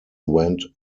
went